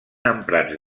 emprats